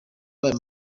b’aya